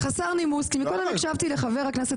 זה חסר נימוס כי קודם הקשבתי לחבר הכנסת